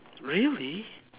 really